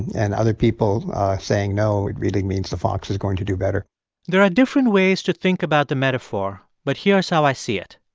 and other people saying, no, it really means the fox is going to do better there are different ways to think about the metaphor, but here's how i see it.